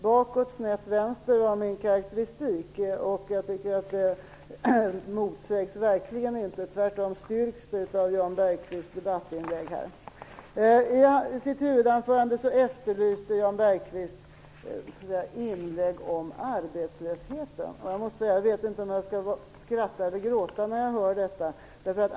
Bakåt, snett vänster var min karakteristik, och jag tycker att den verkligen inte motsägs utan tvärtom styrks av Jan Bergqvists debattinlägg här. I sitt huvudanförande efterlyste Jan Bergqvist inlägg om arbetslösheten. Jag vet inte om jag skall skratta eller gråta när jag hör det.